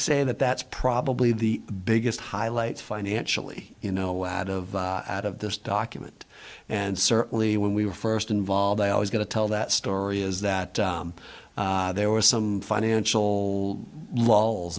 say that that's probably the biggest highlight financially you know out of out of this document and certainly when we were first involved they always going to tell that story is that there were some financial l